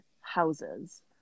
houses